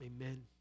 amen